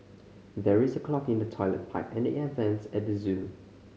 there is a clog in the toilet pipe and air vents at the zoo